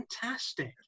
fantastic